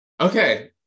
okay